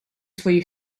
свої